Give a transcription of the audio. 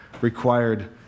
required